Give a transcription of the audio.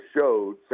showed